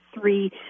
three